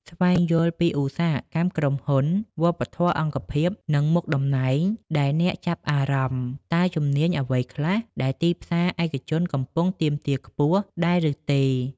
ស្វែងយល់ពីឧស្សាហកម្ម ក្រុមហ៊ុន វប្បធម៌អង្គភាព និងមុខតំណែងដែលអ្នកចាប់អារម្មណ៍ តើជំនាញអ្វីខ្លះដែលទីផ្សារឯកជនកំពុងទាមទារខ្ពស់ដែរឬទេ។